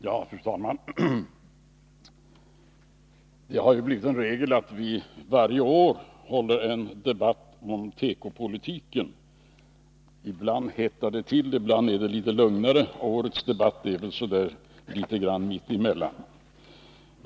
Fru talman! Det har blivit en regel att vi varje år håller en debatt om tekopolitiken. Ibland hettar det till, ibland är det litet lugnare, och årets debatt är väl litet grand mittemellan.